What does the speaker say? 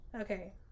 Okay